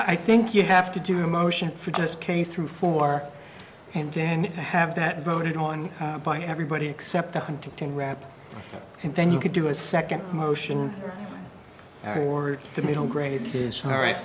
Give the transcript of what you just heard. i think you have to do a motion for just k through four and then have that voted on by everybody except the hunting wrap and then you could do a second motion for the middle grade his her right